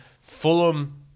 Fulham